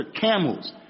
camels